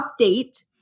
update